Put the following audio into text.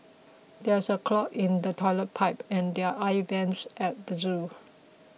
there is a clog in the Toilet Pipe and the Air Vents at the zoo